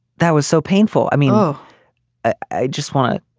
that was so painful. i mean no i just want to.